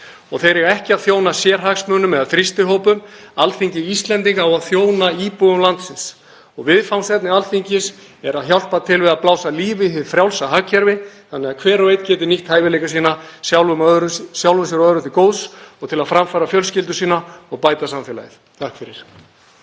og þeir eiga ekki að þjóna sérhagsmunum eða þrýstihópum. Alþingi Íslendinga á að þjóna íbúum landsins og viðfangsefni Alþingis er að hjálpa til við að blása lífi í hið frjálsa hagkerfi þannig að hver og einn geti nýtt hæfileika sína sjálfum sér og öðrum til góðs, framfært fjölskyldu sinni og bætt samfélagið.